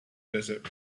desert